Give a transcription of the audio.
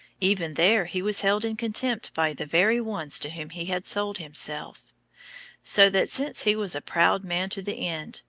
even there he was held in contempt by the very ones to whom he had sold himself so that, since he was a proud man to the end,